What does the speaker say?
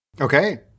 Okay